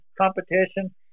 competition